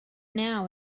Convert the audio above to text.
now